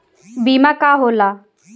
बीमा का होला?